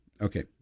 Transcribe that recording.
Okay